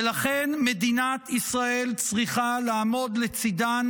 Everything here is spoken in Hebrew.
ולכן מדינת ישראל צריכה לעמוד לצידן